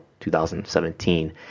2017